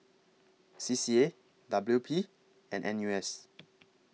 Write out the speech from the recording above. C C A W P and N U S